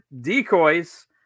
Decoys